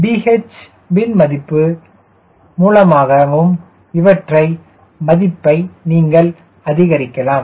VH வின் மதிப்பு மூலமாகவும் இவற்றை மதிப்பை நீங்கள் அதிகரிக்கலாம்